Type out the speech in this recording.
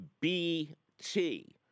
Bt